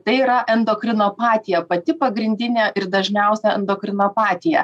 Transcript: tai yra endokrinopatija pati pagrindinė ir dažniausia endokrinopatija